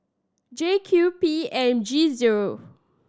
J Q P M G zero